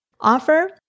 offer